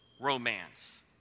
romance